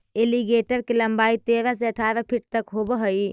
alligator के लंबाई तेरह से अठारह फीट तक होवऽ हइ